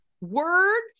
words